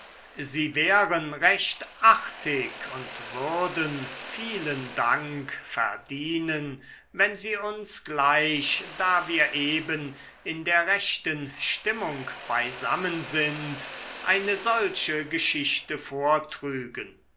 sie wären recht artig und würden vielen dank verdienen wenn sie uns gleich da wir eben in der rechten stimmung beisammen sind eine solche geschichte vortrügen